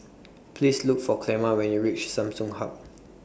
Please Look For Clemma when YOU REACH Samsung Hub